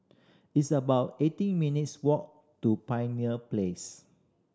it's about eighteen minutes' walk to Pioneer Place